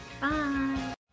bye